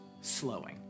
slowing